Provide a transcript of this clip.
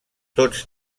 tots